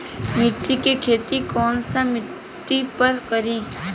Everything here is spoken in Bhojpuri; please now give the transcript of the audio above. मिर्ची के खेती कौन सा मिट्टी पर करी?